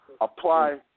apply